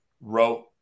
wrote